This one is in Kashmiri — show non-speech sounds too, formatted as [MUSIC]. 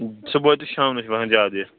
صُبحٲے تہِ شامنَس چھِ [UNINTELLIGIBLE] زیادٕ یہِ